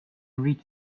read